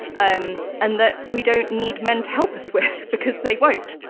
um and that we don't need men to help us with, because they won't.